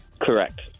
Correct